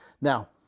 Now